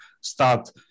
start